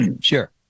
Sure